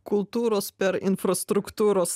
kultūros per infrastruktūros